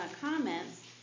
comments